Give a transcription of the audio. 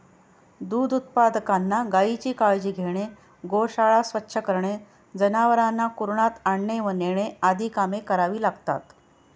दूध उत्पादकांना गायीची काळजी घेणे, गोशाळा स्वच्छ करणे, जनावरांना कुरणात आणणे व नेणे आदी कामे करावी लागतात